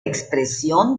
expresión